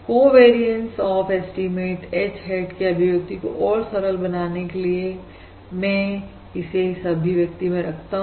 covariance of estimate H hat की अभिव्यक्ति को और सरल बनाने के लिए मैं इसे इस अभिव्यक्ति में रखता हूं